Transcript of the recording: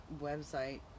website